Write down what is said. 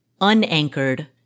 unanchored